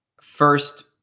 first